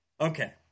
Okay